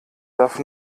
darf